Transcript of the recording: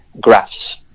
graphs